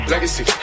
Legacy